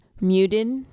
muted